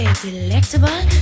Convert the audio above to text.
delectable